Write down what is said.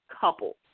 couple